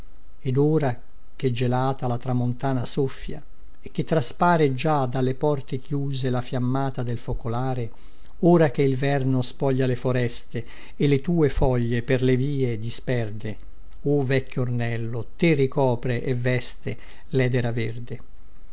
ed ora che gelata la tramontana soffia e che traspare già dalle porte chiuse la fiammata del focolare ora che il verno spoglia le foreste e le tue foglie per le vie disperde o vecchio ornello te ricopre e veste ledera verde